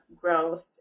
growth